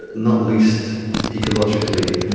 not least ecologically,